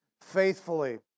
faithfully